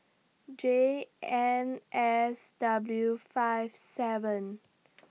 J N S W five seven